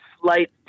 slight